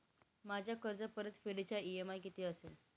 माझ्या कर्जपरतफेडीचा इ.एम.आय किती असेल?